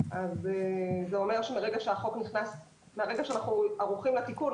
מה שאומר שמרגע שאנחנו ערוכים לתיקון,